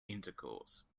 intercourse